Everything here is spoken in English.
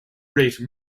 rate